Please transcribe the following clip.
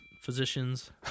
physicians